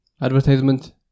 Advertisement